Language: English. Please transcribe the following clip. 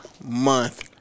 month